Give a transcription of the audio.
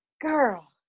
Girl